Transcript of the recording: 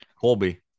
Colby